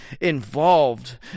involved